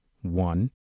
one